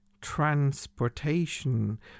transportation